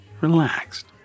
relaxed